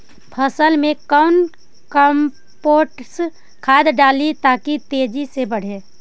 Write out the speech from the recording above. फसल मे कौन कम्पोस्ट खाद डाली ताकि तेजी से बदे?